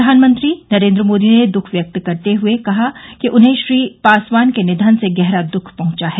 प्रधानमंत्री नरेन्द्र मोदी ने दुख व्यक्त करते हुए कहा कि उन्हें श्री पासवान के निधन से गहरा दुख पहुंचा है